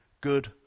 good